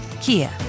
Kia